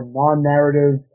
non-narrative